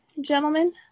gentlemen